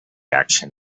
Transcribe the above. action